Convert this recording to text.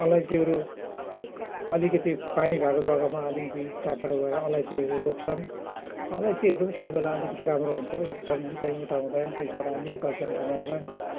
अलैँचीहरू अलिकति पानी भएको जग्गामा अलिकति टाढो टाढो गएर अलैँचीहरू रोप्छन् अँलैचीहरू पनि कोही बेला अलिकति राम्रो हुन्छ एक दुई साल हुन्छ त्यहाँदेखिन् उता हुँदैन त्यसबाट अलिअलि पैसाहरू कमाउँछन्